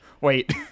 wait